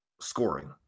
scoring